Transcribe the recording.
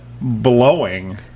blowing